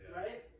right